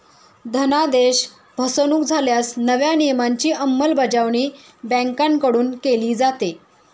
धनादेश फसवणुक झाल्यास नव्या नियमांची अंमलबजावणी बँकांकडून केली जाते